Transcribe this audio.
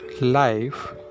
Life